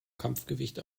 kampfgewicht